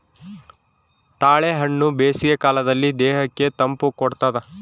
ತಾಳೆಹಣ್ಣು ಬೇಸಿಗೆ ಕಾಲದಲ್ಲಿ ದೇಹಕ್ಕೆ ತಂಪು ಕೊಡ್ತಾದ